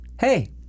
hey